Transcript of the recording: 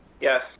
Yes